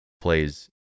plays